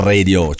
Radio